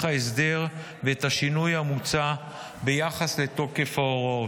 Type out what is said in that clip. ההסדר ואת השינוי המוצע ביחס לתוקף ההוראות.